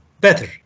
better